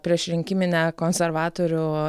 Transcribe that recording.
priešrinkiminę konservatorių